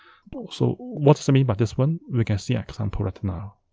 so what does it mean by this one? we can see an example right now